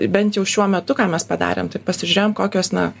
bent jau šiuo metu ką mes padarėm tai pasižiūrėjom kokios na